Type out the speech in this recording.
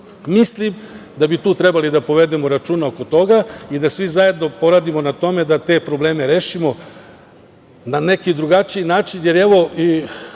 žive. Mislim da bi tu trebalo da povedemo računa oko toga i da svi zajedno poradimo na tome da te probleme rešimo na neki drugačiji način,